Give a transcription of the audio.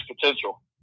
potential